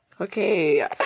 Okay